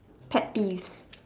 pet peeves